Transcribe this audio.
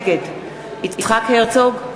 נגד יצחק הרצוג,